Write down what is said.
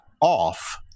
off